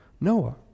Noah